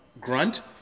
grunt